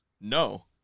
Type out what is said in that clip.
No